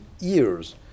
years